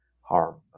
harm